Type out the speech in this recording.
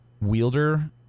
wielder